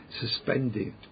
suspended